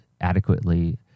adequately